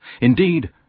Indeed